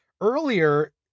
earlier